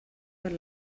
per